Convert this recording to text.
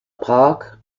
park